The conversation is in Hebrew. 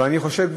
אבל אני חושב,